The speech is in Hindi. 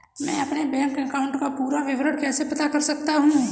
मैं अपने बैंक अकाउंट का पूरा विवरण कैसे पता कर सकता हूँ?